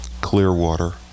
Clearwater